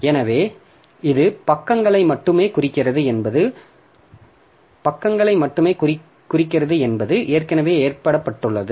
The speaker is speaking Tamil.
எனவே இது பக்கங்களை மட்டுமே குறிக்கிறது என்பது ஏற்கனவே ஏற்றப்பட்டுள்ளது